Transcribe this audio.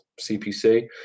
CPC